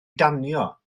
danio